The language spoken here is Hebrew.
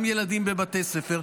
וגם ילדים בבתי ספר,